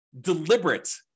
deliberate